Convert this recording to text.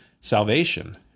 salvation